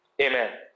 Amen